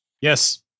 yes